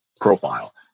profile